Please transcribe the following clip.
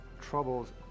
troubles